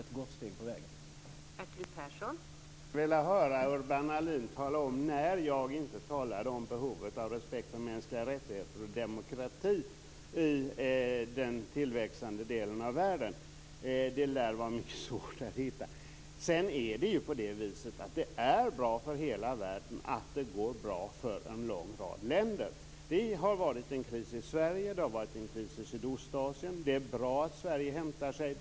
Fru talman! Jag skulle vilja höra Urban Ahlin tala om när jag inte har talat om behovet av respekt för mänskliga rättigheter och demokrati i den tillväxande delen av världen. Det lär vara svårt att hitta någon sådan situation. Det är bra för hela världen att det går bra för en lång rad länder. Det har varit en kris i Sverige. Det har varit en kris i Sydostasien. Det är bra att Sverige hämtar sig.